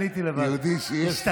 יהודי שיש לו,